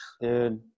Dude